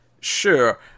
Sure